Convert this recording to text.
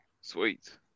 sweet